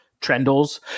trendles